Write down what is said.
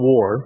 War